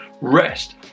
rest